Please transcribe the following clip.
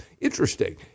interesting